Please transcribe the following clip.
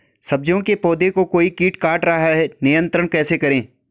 सब्जियों के पौधें को कोई कीट काट रहा है नियंत्रण कैसे करें?